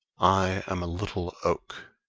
i am a little oak.